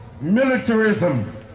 militarism